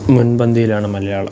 മുൻപന്തിയിലാണ് Malayalam